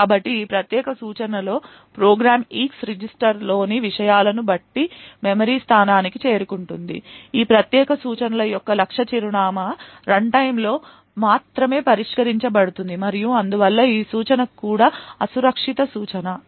కాబట్టి ఈ ప్రత్యేక సూచనలో ప్రోగ్రామ్ EAX రిజిస్టర్లోని విషయాలను బట్టి మెమరీ స్థానానికి చేరుకుంటుంది ఈ ప్రత్యేక సూచనల యొక్క లక్ష్య చిరునామా రన్టైమ్లో మాత్రమే పరిష్కరించబడుతుంది మరియు అందువల్ల ఈ సూచన కూడా అసురక్షిత సూచన